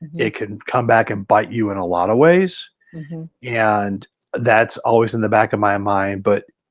it can come back and bite you in a lot of ways and that's always in the back of my mind. but